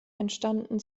entstanden